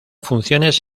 funciones